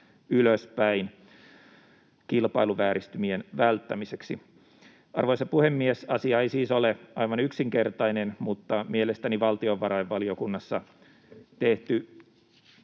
ylöspäin kilpailuvääristymien välttämiseksi. Arvoisa puhemies! Asia ei siis ole aivan yksinkertainen, mutta mielestäni valtiovarainvaliokunnassa tehty